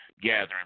gathering